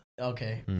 okay